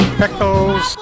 pickles